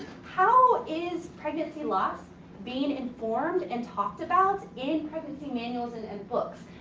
how is pregnancy loss being informed and talked about in pregnancy manuals and and books?